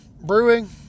brewing